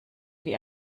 wie